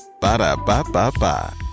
Ba-da-ba-ba-ba